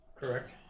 Correct